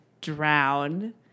drown